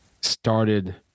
started